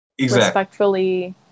respectfully